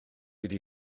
wedi